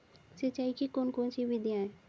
सिंचाई की कौन कौन सी विधियां हैं?